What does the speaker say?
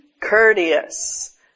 courteous